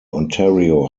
ontario